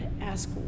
ask